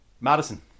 Madison